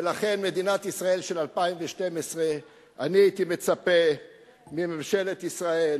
ולכן במדינת ישראל של 2012 אני הייתי מצפה מממשלת ישראל